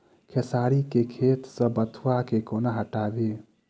खेसारी केँ खेत सऽ बथुआ केँ कोना हटाबी